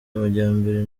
amajyambere